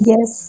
Yes